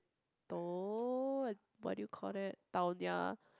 to~ what do you called it town ya